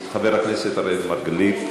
חבר הכנסת אראל מרגלית,